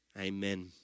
Amen